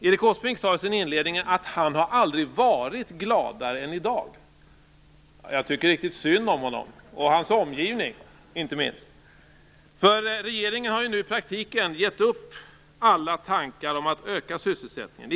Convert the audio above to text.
Erik Åsbrink sade i sin inledning att han aldrig har varit gladare än i dag. Jag tycker riktigt synd om honom, och hans omgivning, inte minst. För regeringen har ju nu i praktiken givit upp alla tankar på att öka sysselsättningen.